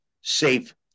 safe